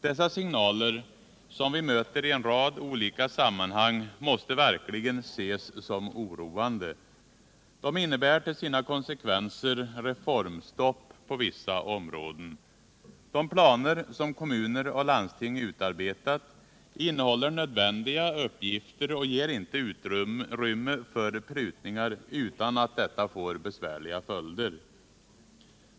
Dessa signaler, som vi möter i en rad olika sammanhang, måste verkligen ses som oroande. De innebär till sina konsekvenser reformstopp på vissa områden. De planer som kommuner och landsting utarbetat gäller nödvändiga uppgifter och ger inte utrymme för prutningar utan att detta får besvärliga följder.